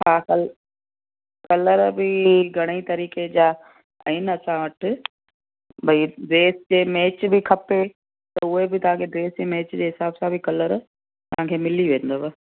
हा कल कलर बि घणेईं तरीक़े जा आहिनि असां वटि भई ड्रेस जे मैच बि खपे त उहे बि तव्हांखे ड्रेस जे मैच जे हिसाब सां बि कलर तव्हांखे मिली वेंदव